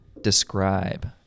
describe